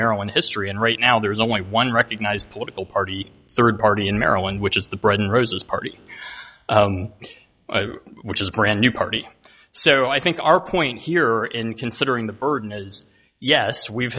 maryland history and right now there is only one recognized political party rd party in maryland which is the bread and roses party which is a brand new party so i think our point here in considering the burden is yes we've